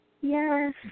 Yes